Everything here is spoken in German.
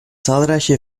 zahlreiche